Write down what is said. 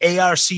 arc